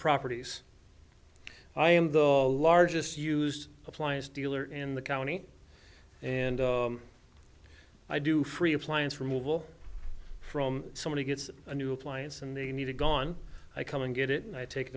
properties i am the largest use appliance dealer in the county in i do free appliance removal from somebody gets a new appliance and they need it gone i come and get it and i take